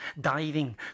Diving